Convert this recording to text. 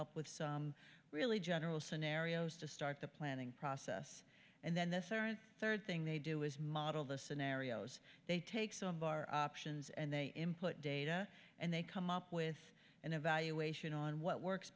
up with some really general scenarios to start the planning process and then the foreign third thing they do is model the scenarios they take some of our options and they him put data and they come up with an evaluation on what works